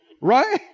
Right